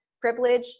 privilege